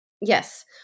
Yes